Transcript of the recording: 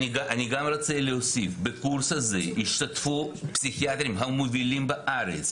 בקורס הזה השתתפו הפסיכיאטרים המובילים בארץ,